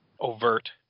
overt